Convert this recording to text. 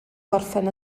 gorffen